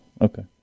Okay